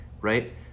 right